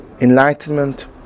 enlightenment